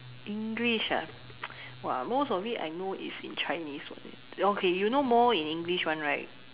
English ah !wah! most of it I know is in Chinese only okay you know more in English [one] right